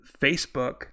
Facebook